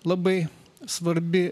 labai svarbi